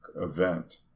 event